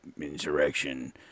insurrection